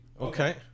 Okay